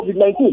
COVID-19